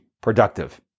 productive